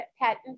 patent